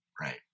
right